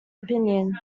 opinion